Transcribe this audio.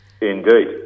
Indeed